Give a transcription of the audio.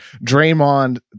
Draymond